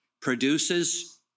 produces